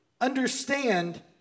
understand